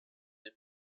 den